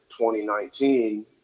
2019